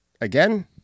Again